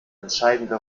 entscheidende